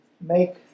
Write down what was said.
make